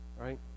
right